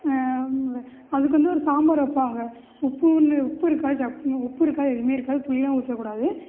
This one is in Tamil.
அதுக்கு வந்து ஒரு சாம்பார் வைப்பாங்க உப்புன்னு சப்பு இருக்காது உப்பு இருக்காது எதுவுமே இருக்காது புளியும் ஊற்றக்கூடாது